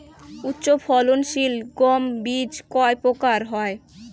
উচ্চ ফলন সিল গম বীজ কয় প্রকার হয়?